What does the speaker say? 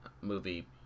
movie